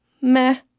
meh